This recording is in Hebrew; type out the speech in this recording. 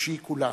החופשי כולן.